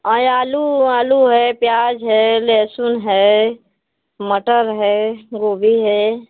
आएं आलू आलू है प्याज है लहसुन है मटर है गोभी है